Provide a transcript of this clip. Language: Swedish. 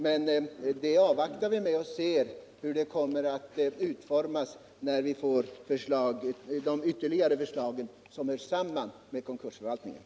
Men vi avvaktar i stället och ser hur detta kan komma att utformas när vi får de ytterligare förslag som hör samman med konkursförvaltningen.